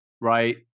Right